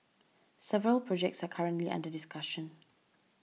several projects are currently under discussion